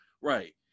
Right